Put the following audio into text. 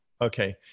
Okay